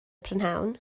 prynhawn